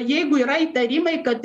jeigu yra įtarimai kad